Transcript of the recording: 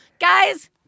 Guys